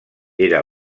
era